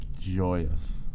joyous